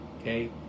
Okay